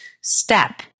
step